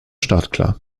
startklar